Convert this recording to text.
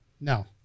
No